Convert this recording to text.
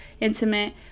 intimate